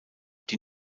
die